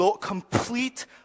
complete